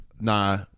nah